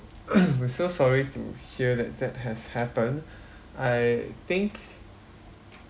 we're so sorry to hear that that has happened I think